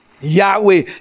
Yahweh